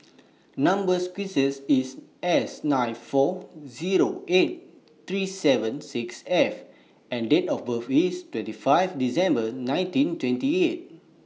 Number sequence IS S nine four Zero eight three seven six F and Date of birth IS twenty five December nineteen twenty eight